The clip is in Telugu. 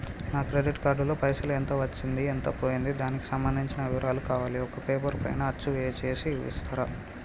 నా క్రెడిట్ కార్డు లో పైసలు ఎంత వచ్చింది ఎంత పోయింది దానికి సంబంధించిన వివరాలు కావాలి ఒక పేపర్ పైన అచ్చు చేసి ఇస్తరా?